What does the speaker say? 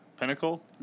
Pinnacle